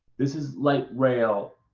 this is like rail.